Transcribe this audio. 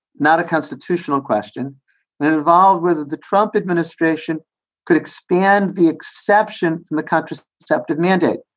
not a constitutional question involved whether the trump administration could expand the exception from the country's septa mandate.